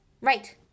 Right